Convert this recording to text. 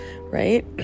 right